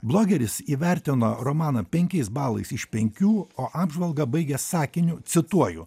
blogeris įvertino romaną penkiais balais iš penkių o apžvalgą baigia sakiniu cituoju